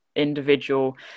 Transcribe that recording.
Individual